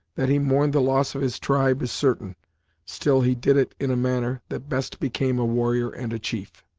that he mourned the loss of his tribe is certain still he did it in a manner that best became a warrior and a chief.